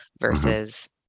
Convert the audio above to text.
versus